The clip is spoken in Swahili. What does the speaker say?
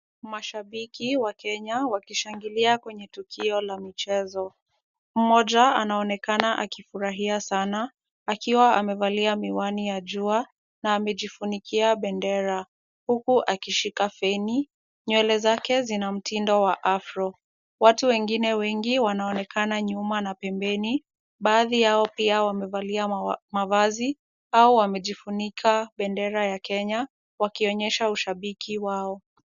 Mashabiki wa Kenya wakishangilia kwenye tukio la michezo. Mmoja anaonekana akifurahia sana akiwa amevalia miwani ya jua na amejifunikia bendera huku akishika feni. Nywele zake zina mtindo wa afro . Watu wengine wengi wanaonekana nyuma na pembeni baadhi yao pia wamevalia mavazi au wamejifunika bendera ya kenya wakionyesha ushabiki wao.